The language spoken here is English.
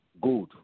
good